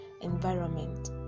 environment